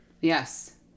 Yes